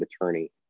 attorney